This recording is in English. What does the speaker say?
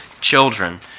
children